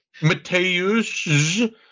Mateusz